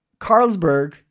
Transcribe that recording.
Carlsberg